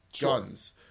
guns